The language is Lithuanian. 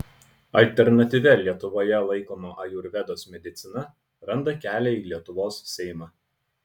alternatyvia lietuvoje laikoma ajurvedos medicina randa kelią į lietuvos seimą